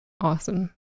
awesome